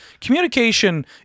communication